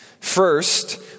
First